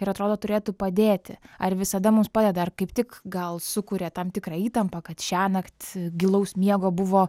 ir atrodo turėtų padėti ar visada mums padeda ar kaip tik gal sukuria tam tikra įtampą kad šiąnakt gilaus miego buvo